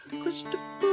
Christopher